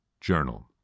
Journal